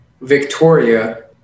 Victoria